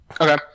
Okay